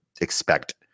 expect